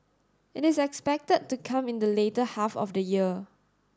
it is expected to come in the later half of the year